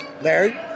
Larry